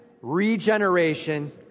regeneration